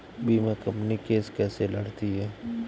बीमा company case कैसे लड़ती है?